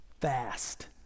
fast